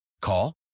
Call